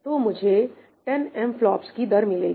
तो मुझे 10 एमफ्लॉप्स की दर मिलेगी